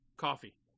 coffee